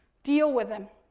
deal with him.